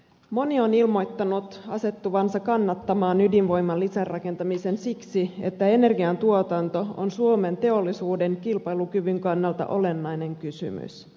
moni on ilmoittanut asettuvansa kannattamaan ydinvoiman lisärakentamista siksi että energiantuotanto on suomen teollisuuden kilpailukyvyn kannalta olennainen kysymys